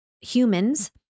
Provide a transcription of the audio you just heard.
humans